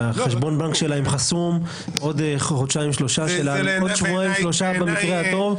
שחשבון הבנק שלהם יהיה חסום עוד שבועיים-שלושה במקרה הטוב,